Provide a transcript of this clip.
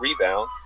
rebound